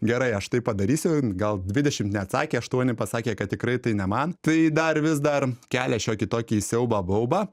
gerai aš tai padarysiu gal dvidešim neatsakė aštuoni pasakė kad tikrai tai ne man tai dar vis dar kelia šiokį tokį siaubą baubą